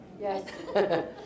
Yes